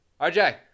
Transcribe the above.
RJ